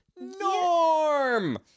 Norm